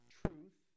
truth